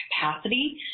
capacity